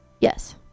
Yes